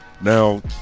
Now